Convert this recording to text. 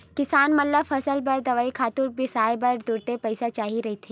किसान मन ल फसल बर दवई, खातू बिसाए बर तुरते पइसा चाही रहिथे